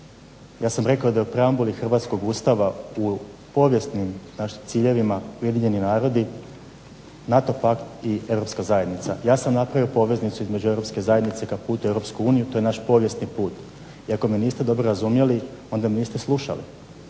Ja sam rekao da u preambuli hrvatskog Ustava u povijesnim našim ciljevima UN, NATO pakt i Europska zajednica. Ja sam napravio poveznicu između Europske zajednice kao put u EU to je naš povijesni put. I ako me niste dobro razumjeli onda me niste slušali.